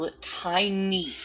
tiny